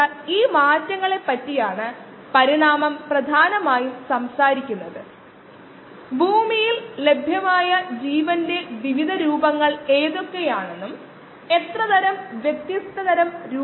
നമ്മൾ അതിനായി ഒരു ബാലൻസ് എഴുതി ഇതാണ് സമവാക്യം xv യുടെ ddt എന്നത് മൈനസ് kd ഗുണം x v ആണ്